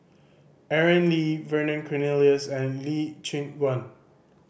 Aaron Lee Vernon Cornelius and Lee Choon Guan